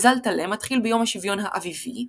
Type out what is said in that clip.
מזל טלה מתחיל ביום השוויון האביבי,